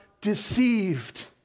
deceived